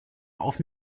auf